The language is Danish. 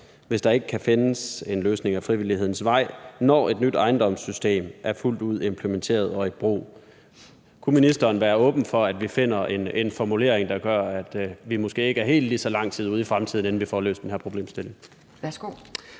hvis der ikke kan findes en løsning ad frivillighedens vej, når et nyt ejendomssystem er fuldt ud implementeret og i brug. Kunne ministeren være åben for, at vi finder en formulering, der gør, at vi måske ikke er helt lige så lang tid ude i fremtiden, inden vi får løst den her problemstilling?